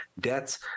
debts